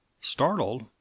Startled